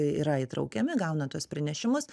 yra įtraukiami gauna tuos pranešimus